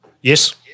Yes